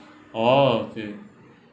oh okay